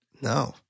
No